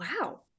Wow